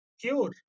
cure